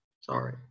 Sorry